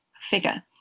figure